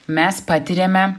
mes patiriame